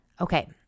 okay